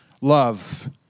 love